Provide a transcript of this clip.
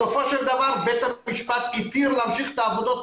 בסופו של דבר בית המשפט התיר להמשיך את העבודות,